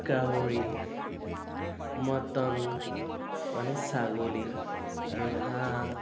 গাহৰি মটন মানে ছাগলী আৰু হাঁহ